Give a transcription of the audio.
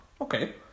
okay